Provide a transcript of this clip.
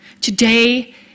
Today